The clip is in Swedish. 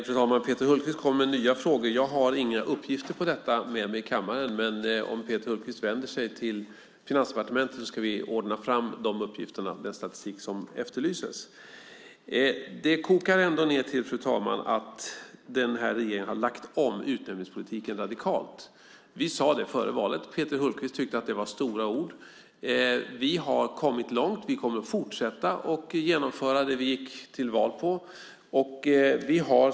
Fru talman! Peter Hultqvist kom med nya frågor. Jag har inga uppgifter om detta med mig i kammaren. Men om Peter Hultqvist vänder sig till Finansdepartementet ska vi ordna fram dessa uppgifter och den statistik som efterlyses. Fru talman! Detta kokar ändå ned till att denna regering har lagt om utnämningspolitiken radikalt. Vi sade det före valet. Peter Hultqvist tyckte att det var stora ord. Vi har kommit långt. Vi kommer att fortsätta att genomföra det som vi gick till val på.